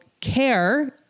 care